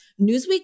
Newsweek